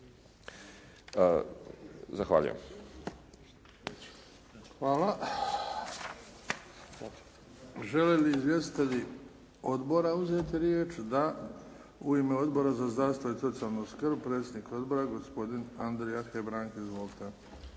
Luka (HDZ)** Hvala. Žele li izvjestitelji odbora uzeti riječ? Da. U ime Odbora za zdravstvo i socijalnu skrb predsjednik odbora Andrija Hebrang. Izvolite.